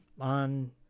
on